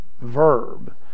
verb